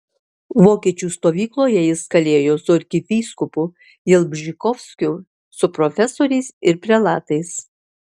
vokiečių stovykloje jis kalėjo su arkivyskupu jalbžykovskiu su profesoriais ir prelatais